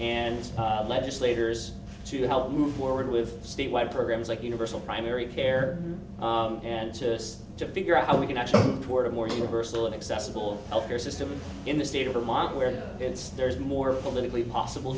and legislators to help move forward with state wide programs like universal primary care and just to figure out how we can actually toward a more universal accessible health care system in the state of vermont where it's there is more politically possible